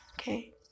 okay